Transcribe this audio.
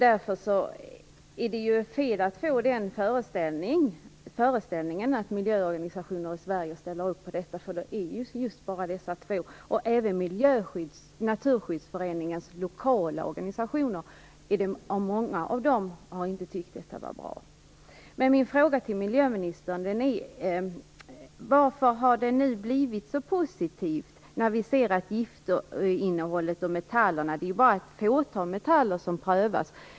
Därför är det fel att ge den föreställningen att miljöorganisationerna i Sverige ställer upp på detta, för det är bara dessa två som gör det. Många av Naturskyddsföreningens lokala organisationer har inte tyckt att detta är bra. Min fråga till miljöministern är: Varför har det nu blivit så positivt när vi ser giftinnehållet i metallerna? Det är bara ett fåtal metaller som prövats.